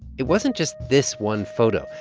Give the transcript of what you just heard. it wasn't just this one photo.